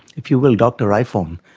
if you will, dr iphone.